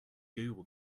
google